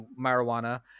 marijuana